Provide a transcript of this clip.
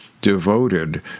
devoted